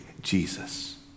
Jesus